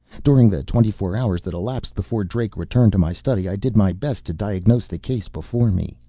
during the twenty-four hours that elapsed before drake returned to my study, i did my best to diagnose the case before me.